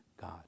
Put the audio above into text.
God